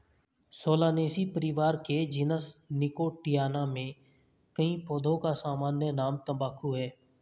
Solanaceae परिवार के genus Nicotiana में कई पौधों का सामान्य नाम तंबाकू है